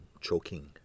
choking